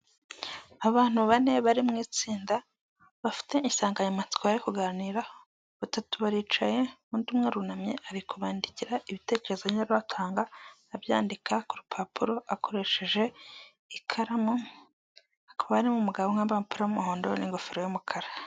Abantu bane bari mu itsinda bafite insanganyamatsiko yo kuganiraho batatu baricaye, undi umwe arunamye ari kubandikira ibitekerezo bagenda batanga, abyandika ku rupapuro akoresheje ikaramu, hakaba harimo umugabo umwe wambaye umupira w'umuhondo n'ingofero y'umukara.